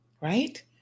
right